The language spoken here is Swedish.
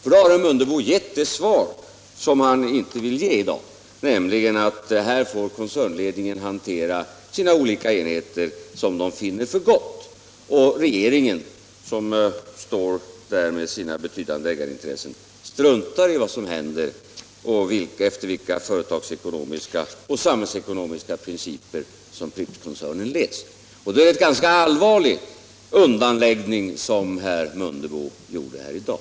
Då har herr Mundebo gett det svar som han inte vill ge i dag, nämligen att koncernledningen får hantera sina olika enheter som den finner för gott och att regeringen, som står där med sina betydande ägarintressen, struntar i vad som händer och efter vilka företagsekonomiska och samhällsekonomiska principer Prippskoncernen leds. I så fall är det en ganska allvarlig undanläggning som herr Mundebo gjort här i dag.